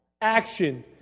action